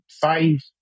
five